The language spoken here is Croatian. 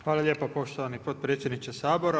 Hvala lijepa poštovani potpredsjedniče Sabora.